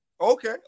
Okay